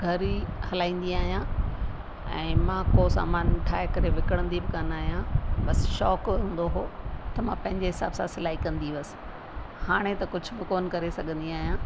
घर ई हलाईंदी आहियां ऐं मां को सामान ठाहे करे विकिणंदी बि कोन आहियां बसि शौक़ु हूंदो हुओ त मां पंहिंजे हिसाब सां सिलाई कंदी हुअसि हाणे त कुझ बि कोन करे सघंदी आहियां